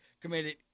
committed